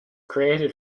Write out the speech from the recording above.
created